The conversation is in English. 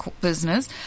business